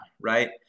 right